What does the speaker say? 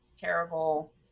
terrible